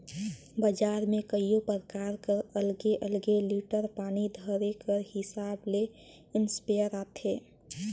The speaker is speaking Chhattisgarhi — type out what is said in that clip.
बजार में कइयो परकार कर अलगे अलगे लीटर पानी धरे कर हिसाब ले इस्पेयर आथे